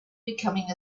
becoming